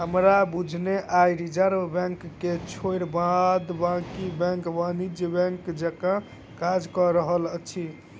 हमरा बुझने आइ रिजर्व बैंक के छोइड़ बाद बाँकी बैंक वाणिज्यिक बैंक जकाँ काज कअ रहल अछि